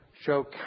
show